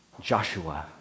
Joshua